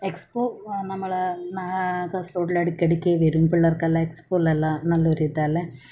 expo ആ നമ്മളെ ആ കാസർഗോഡിൽ അടിക്കടിക്ക് വരും പിളളർക്കെല്ലാം ഏക്സ്പോ എല്ലാം നല്ല ഒരു ഇതല്ലേ